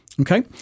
Okay